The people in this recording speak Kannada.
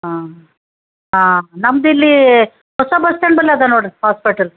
ಹಾಂ ಹಾಂ ನಮ್ಮದಿಲ್ಲಿ ಹೊಸ ಬಸ್ ಸ್ಟ್ಯಾಂಡ್ ಬಲ್ ಅದ ನೋಡಿರಿ ಹಾಸ್ಪಿಟಲ್